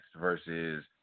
versus